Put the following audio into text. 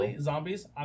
zombies